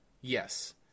yes